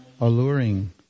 alluring